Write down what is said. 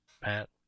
Pat